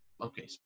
okay